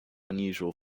unusual